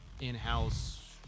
in-house